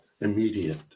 immediate